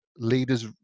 leaders